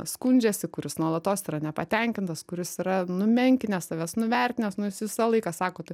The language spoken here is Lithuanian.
skundžiasi kuris nuolatos yra nepatenkintas kuris yra numenkinęs savęs nuvertinęs nu jis visą laiką sako